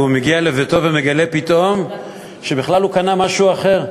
והוא מגיע לביתו ומגלה פתאום שבכלל הוא קנה משהו אחר?